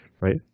right